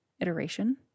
iteration